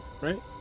right